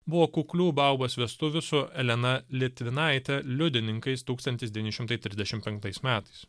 buvo kuklių baubos vestuvių su elena litvinaite liudininkais tūkstantis devyni šimtai trisdešim penktais metais